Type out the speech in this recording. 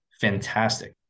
fantastic